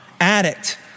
addict